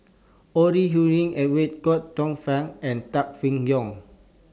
Ore Huiying Edwin Tong Fai and Tan Seng Yong